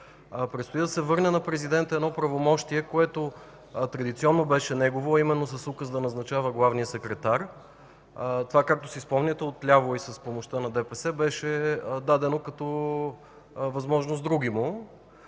Предстои да се върне на президента едно правомощие, което традиционно беше негово – а именно, с указ да назначава главния секретар на МВР. Това, както си спомняте, от ляво и с помощта на ДПС беше дадено като възможност другиму